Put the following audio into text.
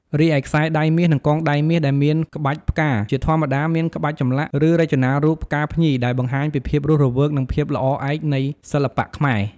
រីឯខ្សែដៃមាស និងកងដៃមាស ដែលមានក្បាច់ផ្កា ជាធម្មតាមានក្បាច់ចម្លាក់ ឬរចនារូប ផ្កាភ្ញី ដែលបង្ហាញពីភាពរស់រវើក និងភាពល្អឯកនៃសិល្បៈខ្មែរ។